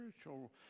spiritual